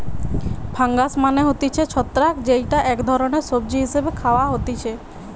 fungus মানে হতিছে ছত্রাক যেইটা এক ধরণের সবজি হিসেবে খাওয়া হতিছে